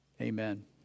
Amen